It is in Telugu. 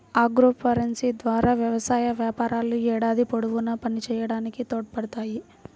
ఆగ్రోఫారెస్ట్రీ ద్వారా వ్యవసాయ వ్యాపారాలు ఏడాది పొడవునా పనిచేయడానికి తోడ్పడతాయి